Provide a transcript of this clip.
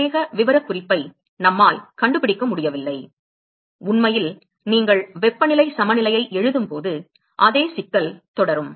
திசைவேக விவரக்குறிப்பை நம்மால் கண்டுபிடிக்க முடியவில்லை உண்மையில் நீங்கள் வெப்பநிலை சமநிலையை எழுதும்போது அதே சிக்கல் தொடரும்